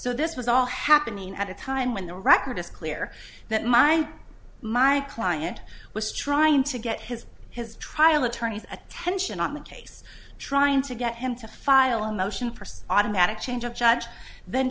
so this was all happening at a time when the record is clear that my my client was trying to get his his trial attorneys attention on the case trying to get him to file a motion for some automatic change of judge th